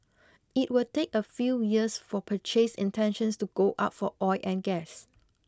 it will take a few years for purchase intentions to go up for oil and gas